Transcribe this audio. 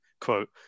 quote